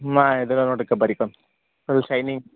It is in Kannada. ಮ ಇದಲ್ಲ ನೋಡ್ರಿಕ ಬರಿ ಕಮ್ ಫುಲ್ ಶೈನಿಂಗ್